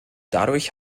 dadurch